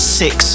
six